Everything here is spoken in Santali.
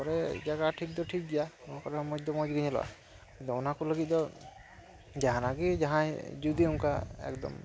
ᱱᱚᱣᱟ ᱠᱚᱨᱮ ᱡᱟᱭᱜᱟ ᱴᱷᱤᱠ ᱫᱚ ᱴᱷᱤᱠ ᱜᱮᱭᱟ ᱚᱱᱟ ᱠᱚᱨᱮ ᱦᱚᱸ ᱢᱚᱡᱽ ᱫᱚ ᱢᱚᱡᱽ ᱜᱮ ᱧᱮᱞᱚᱜᱼᱟ ᱟᱫᱚ ᱚᱱᱟ ᱠᱚ ᱞᱟᱹᱜᱤᱫ ᱫᱚ ᱡᱟᱦᱟᱱᱟᱜ ᱜᱮ ᱡᱟᱦᱟᱸᱭ ᱡᱩᱫᱤ ᱚᱱᱠᱟ ᱮᱠᱫᱚᱢ